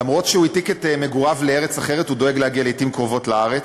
אף שהוא העתיק את מגוריו לארץ אחרת הוא דואג להגיע לעתים קרובות לארץ,